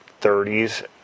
30s